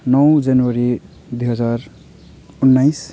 नौ जनवरी दुई हजार उन्नाइस